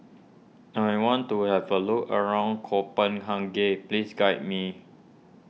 I want to have a look around Copenhagen please guide me